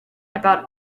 about